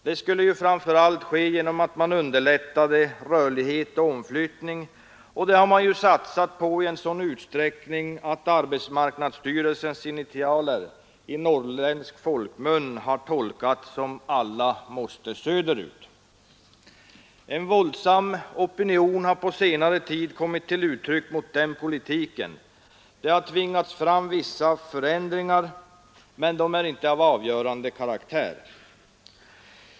Det skulle framför allt ske genom att underlätta rörlighet och omflyttning, och det har man ju satsat på i sådan utsträckning att arbetsmarknadsstyrelsens initialer i norrländsk folkmun har kommit att tolkas som ”Alla Måste Söderut”. En våldsam opinion har under senare år kommit till uttryck mot den politiken, den har nu tvingat fram vissa förändringar, men de är inte av avgörande karaktär.